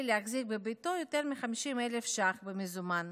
להחזיק בביתו יותר מ-50,000 ש"ח במזומן.